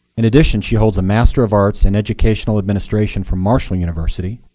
in addition, she holds a master of arts in educational administration from marshall university,